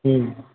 हुँ